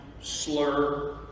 slur